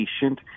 patient